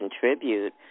contribute